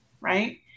right